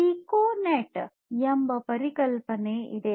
piconet ಎಂಬ ಪರಿಕಲ್ಪನೆ ಇದೆ